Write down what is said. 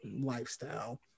lifestyle